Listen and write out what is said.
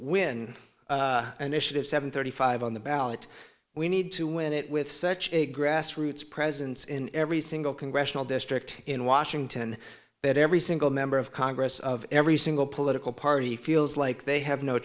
win an initiative seven thirty five on the ballot we need to win it with such a grassroots presence in every single congressional district in washington that every single member of congress of every single political party feels like they have no